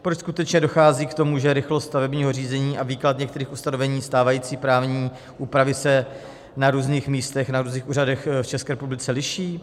Proč skutečně dochází k tomu, že rychlost stavebního řízení a výklad některých ustanovení stávající právní úpravy se na různých místech, na různých úřadech v České republice liší?